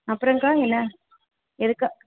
அப்புறம்க்கா என்ன எதுக்கா